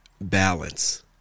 balance